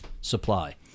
supply